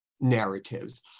narratives